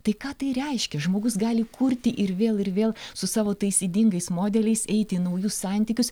tai ką tai reiškia žmogus gali kurti ir vėl ir vėl su savo tais ydingais modeliais eiti į naujus santykius